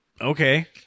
okay